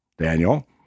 Daniel